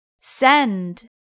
Send